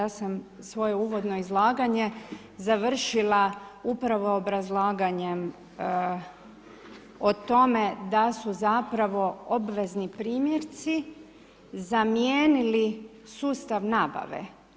Ja sam svoje uvodno izlaganje završila upravo obrazlaganjem o tome da su zapravo obvezni primjerci zamijenili sustav nabave.